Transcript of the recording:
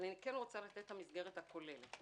אבל אני רוצה לתת את המסגרת הכוללת.